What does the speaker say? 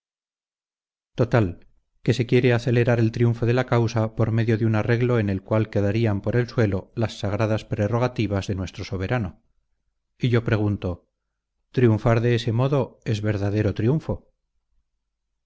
total que se quiere acelerar el triunfo de la causa por medio de un arreglo en el cual quedarían por el suelo las sagradas prerrogativas de nuestro soberano y yo pregunto triunfar de ese modo es verdadero triunfo